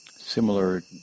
similar